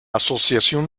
asociación